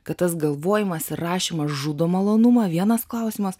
kad tas galvojimas ir rašymas žudo malonumą vienas klausimas